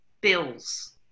bills